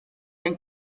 ein